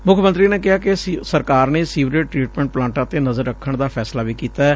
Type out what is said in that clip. ਮੁੱਖ ਮੰਤਰੀ ਨੇ ਕਿਹਾ ਕਿ ਸਰਕਾਰ ਨੇ ਸੀਵਰੇਜ ਟਰੀਟਮੈਂਟ ਪਲਾਂਟਾਂ ਤੇ ਨਜ਼ਰ ਰੱਖਣ ਦਾ ਫੈਸਲਾ ਵੀ ਕੀਤੈ